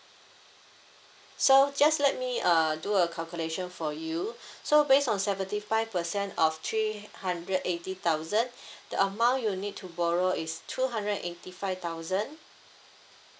so just let me err do a calculation for you so based on seventy five percent of three hundred eighty thousand the amount you need to borrow is two hundred and eighty five thousand